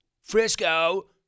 Frisco